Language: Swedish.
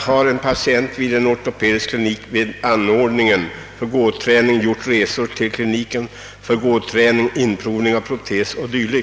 »Har en patient vid en ortopedisk klinik med anordningar för gåträning gjort resor till kliniken för gåträning, inprovning av proteso.d.